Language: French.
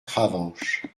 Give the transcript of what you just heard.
cravanche